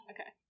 Okay